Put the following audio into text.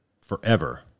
forever